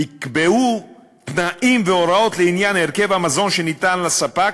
יקבעו תנאים והוראות לעניין הרכב המזון שניתן לספק,